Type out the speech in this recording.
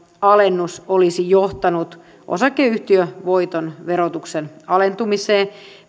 alennus olisi johtanut osakeyhtiövoiton verotuksen alentumiseen